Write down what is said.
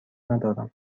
ندارم